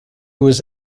was